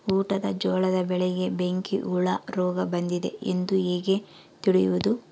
ಊಟದ ಜೋಳದ ಬೆಳೆಗೆ ಬೆಂಕಿ ಹುಳ ರೋಗ ಬಂದಿದೆ ಎಂದು ಹೇಗೆ ತಿಳಿಯುವುದು?